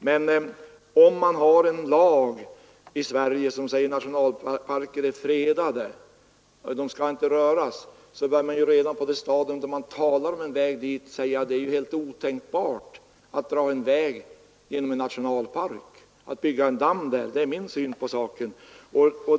Men om det finns en lag som säger att nationalparker i Sverige är fredade och inte får röras, så bör man redan på det stadium då det blir tal om en väg säga: Det är helt otänkbart att dra en väg genom en nationalpark eller att bygga en damm där. Det är min syn på saken.